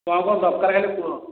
କ'ଣ କ'ଣ ଦରକାର ଖାଲି କୁହ